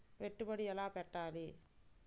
పెట్టుబడి ఎలా పెట్టాలి?